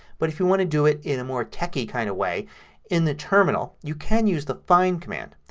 but if you want to do it in a more techy kind of way in the terminal you can use the find command.